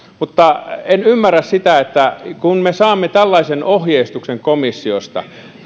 mutta en ymmärrä sitä että kun me saamme tällaisen ohjeistuksen komissiosta